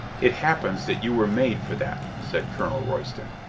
it happens that you were made for that, said colonel royston.